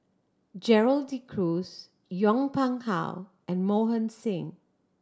Gerald De Cruz Yong Pung How and Mohan Singh